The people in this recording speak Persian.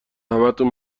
همتون